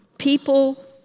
People